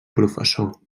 professor